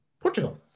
Portugal